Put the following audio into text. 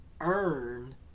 earn